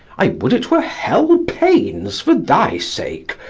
i would it were hell pains for thy sake,